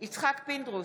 יצחק פינדרוס,